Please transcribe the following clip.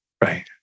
right